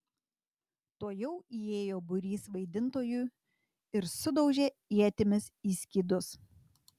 tuojau įėjo būrys vaidintojų ir sudaužė ietimis į skydus